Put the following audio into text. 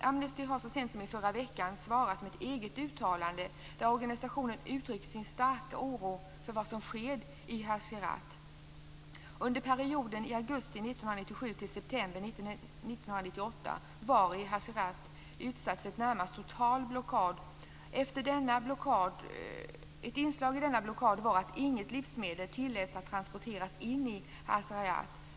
Amnesty har så sent som i förra veckan svarat med ett eget uttalande där organisationen uttrycker sin starka oro för vad som sker i Hazarajat. var Hazarajat utsatt för en närmast total blockad. Ett inslag i blockaden var att inget livsmedel tilläts att transporteras in i Hazarajat.